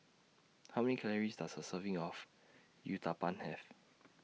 How Many Calories Does A Serving of Uthapam Have